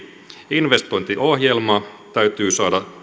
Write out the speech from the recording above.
investointiohjelma täytyy saada